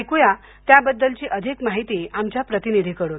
ऐकू या त्याबद्दलची अधिक माहिती आमच्या प्रतिनिधीकडून